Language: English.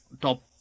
top